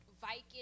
Viking